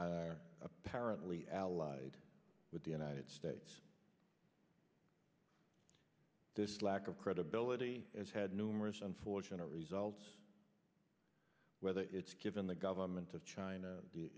are apparently allied with the united states this lack of credibility as had numerous unfortunate results whether it's given the government of china